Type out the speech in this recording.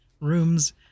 rooms